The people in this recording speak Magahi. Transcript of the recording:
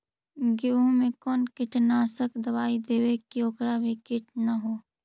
गेहूं में कोन कीटनाशक दबाइ देबै कि ओकरा मे किट न हो?